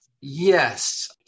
Yes